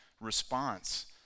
response